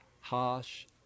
harsh